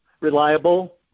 reliable